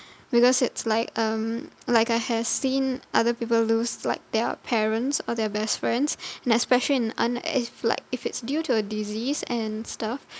because it's like um like I have seen other people lose like their parents or their best friends and especially in un~ if like if it's due to a disease and stuff